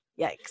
Yikes